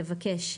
לבקש,